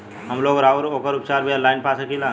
हमलोग रोग अउर ओकर उपचार भी ऑनलाइन पा सकीला?